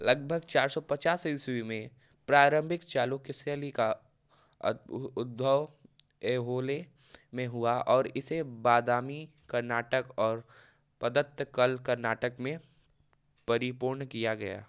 लगभग चार सौ पचास ईस्वीं में प्रारंभिक चालुक्य शैली का अद्भू उद्भव एहोले में हुआ और इसे बादामी कर्नाटक और पदत्तकल कर्नाटक में परिपूर्ण किया गया